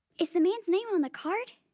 is the man's name on the card?